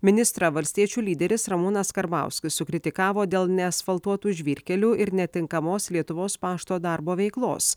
ministrą valstiečių lyderis ramūnas karbauskis sukritikavo dėl neasfaltuotų žvyrkelių ir netinkamos lietuvos pašto darbo veiklos